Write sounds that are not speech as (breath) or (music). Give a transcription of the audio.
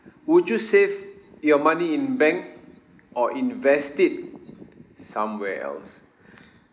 would you save your money in bank or invest it somewhere else (breath)